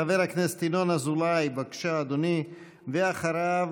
חבר הכנסת ינון אזולאי, בבקשה, אדוני, ואחריו,